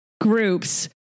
groups